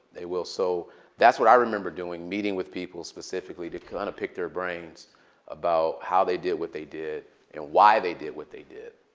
they will. so that's what i remember doing, meeting with people specifically to kind of pick their brains about how they did what they did and why they did what they did.